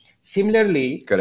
Similarly